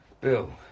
Bill